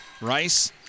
Rice